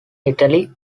italy